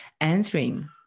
answering